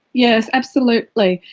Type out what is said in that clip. yes, absolutely.